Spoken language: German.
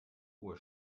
uhr